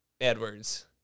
Edwards